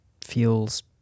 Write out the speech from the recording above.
feels